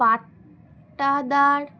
পাট্টাদার